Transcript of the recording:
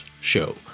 show